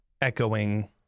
echoing